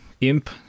Imp